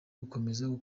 gukomeza